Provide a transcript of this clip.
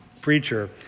preacher